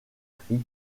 tri